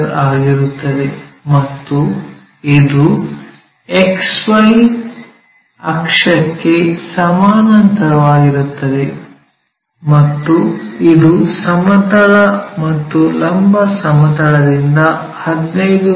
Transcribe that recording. ಆಗಿರುತ್ತದೆ ಮತ್ತು ಇದು XY ಅಕ್ಷಕ್ಕೆ ಸಮಾನಾಂತರವಾಗಿರುತ್ತದೆ ಮತ್ತು ಇದು ಸಮತಲ ಮತ್ತು ಲಂಬ ಸಮತಲದಿಂದ 15 ಮಿ